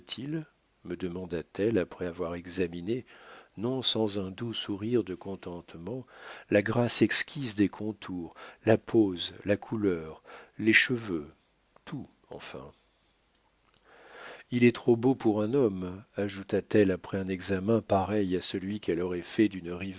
me demanda-t-elle après avoir examiné non sans un doux sourire de contentement la grâce exquise des contours la pose la couleur les cheveux tout enfin il est trop beau pour un homme ajouta-t-elle après un examen pareil à celui qu'elle aurait fait d'une